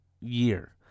year